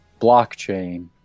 blockchain